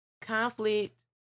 Conflict